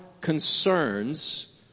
concerns